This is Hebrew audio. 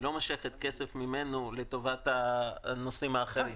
היא לא מושכת כסף ממנה לטובת נושאים אחרים.